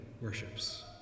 worships